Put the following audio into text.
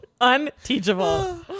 Unteachable